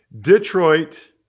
Detroit